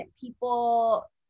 people